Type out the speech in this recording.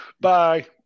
Bye